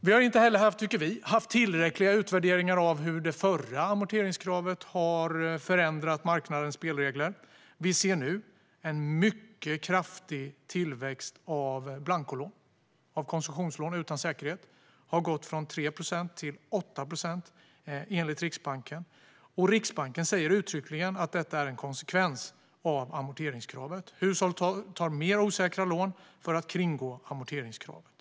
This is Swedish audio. Vi tycker att det inte heller har gjorts tillräckliga utvärderingar av hur det förra amorteringskravet har förändrat marknadens spelregler. Vi ser nu en mycket kraftig tillväxt av blancolån, det vill säga konsumtionslån utan säkerhet. Enligt Riksbanken har de ökat från 3 procent till 8 procent. Riksbanken säger uttryckligen att det är en konsekvens av amorteringskravet. Hushållen tar fler osäkra lån för att kringgå amorteringskravet.